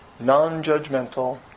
non-judgmental